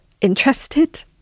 interested